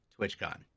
twitchcon